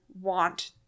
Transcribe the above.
want